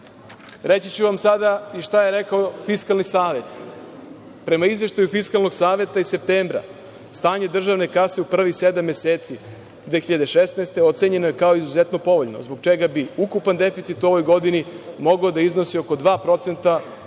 2%.Reći ću vam sada i šta je rekao Fiskalni savet. Prema izveštaju Fiskalnog saveta iz septembra stanje državne kase u prvih sedam meseci 2016. godine ocenjeno je kao izuzetno povoljno zbog čega bi ukupan deficit u ovoj godini mogao da iznosi oko 2% umesto